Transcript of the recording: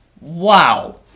Wow